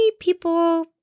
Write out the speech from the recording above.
people